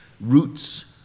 Roots